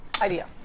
Idea